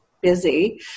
busy